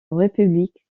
république